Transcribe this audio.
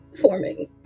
forming